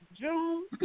June